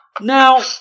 Now